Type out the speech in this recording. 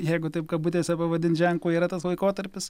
jeigu taip kabutėse pavadint ženklu yra tas laikotarpis